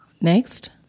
Next